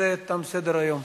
ובזה תם סדר-היום.